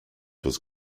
was